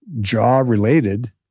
jaw-related